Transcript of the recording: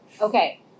okay